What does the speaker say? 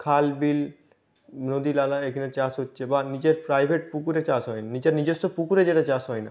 খাল বিল নদী নালা এখানে চাষ হচ্ছে বা নিজের প্রাইভেট পুকুরে চাষ হয় নিজের নিজেস্ব পুকুরে যেটা চাষ হয় না